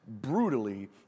brutally